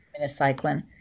minocycline